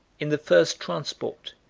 in the first transport,